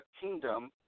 kingdom